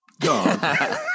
Go